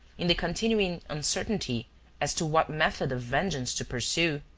in the continuing uncertainty as to what method of vengeance to pursue,